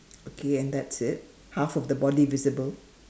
okay and that's it half of the body visible